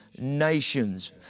Nations